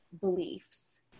beliefs